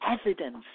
evidence